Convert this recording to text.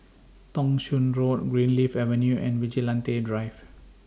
Thong Soon Road Greenleaf Avenue and Vigilante Drive